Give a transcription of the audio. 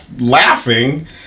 laughing